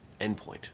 Endpoint